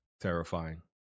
terrifying